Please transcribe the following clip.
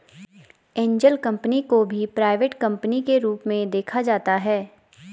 angel company को भी private company के रूप में देखा जाता है